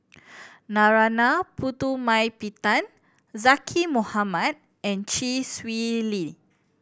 Narana Putumaippittan Zaqy Mohamad and Chee Swee Lee